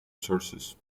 sources